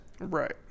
Right